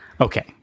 okay